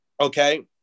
okay